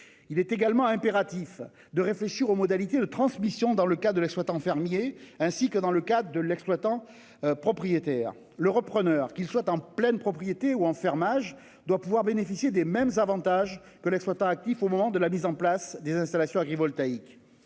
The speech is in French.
Il est également impératif de réfléchir aux modalités de transmission, dans le cas d'un exploitant fermier comme dans celui d'un exploitant propriétaire. Le repreneur, en pleine propriété ou en fermage, doit pouvoir bénéficier des mêmes avantages que l'exploitant actif au moment de la mise en place des installations agrivoltaïques.